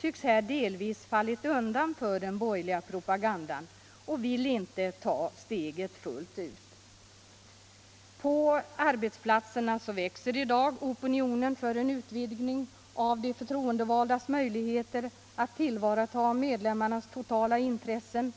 tycks här delvis ha fallit undan för den borgerliga propagandan och vill inte ta steget fullt ut. På arbetsplatserna växer i dag opinionen för en utvidgning av de förtroendevaldas möjligheter att tillvarata medlemmarnas totala intressen.